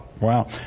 Wow